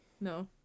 no